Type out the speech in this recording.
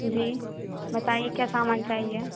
जी बताइए क्या सामान चाहिए